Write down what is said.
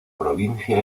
provincia